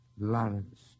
Lawrence